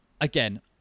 again